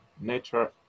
Nature